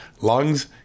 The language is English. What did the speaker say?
lungs